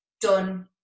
done